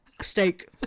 steak